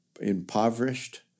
impoverished